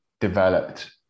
developed